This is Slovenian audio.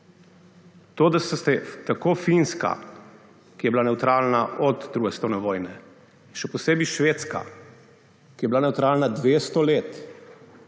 To, da sta se tako Finska, ki je bila nevtralna od druge svetovne vojne, in še posebej Švedska, ki je bila nevtralna dvesto